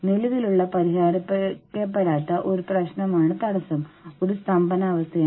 കാരണം നിങ്ങൾക്ക് ലാഭത്തിന്റെ ഒരു ഭാഗം ലഭിക്കുന്നു